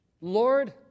Lord